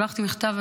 שלחתי מכתב.